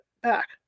back